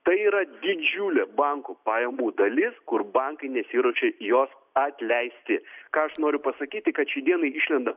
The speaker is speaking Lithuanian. tai yra didžiulė bankų pajamų dalis kur bankai nesiruošia jos atleisti ką aš noriu pasakyti kad šiai dienai išlenda